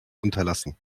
unterlassen